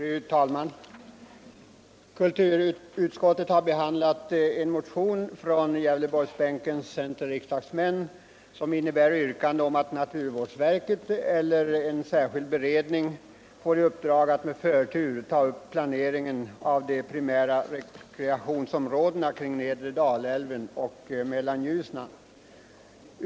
Fru talman! Kulturutskottet har behandlat en motion från Gävleborgsbänkens centeroch folkpartiriksdagsmän med yrkande att naturvårdsverket eller en särskild beredning skall få i uppdrag att med förtur ta upp planeringen av de primära rekreationsområdena kring nedre Dalälven och Mellanljusnan.